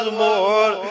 more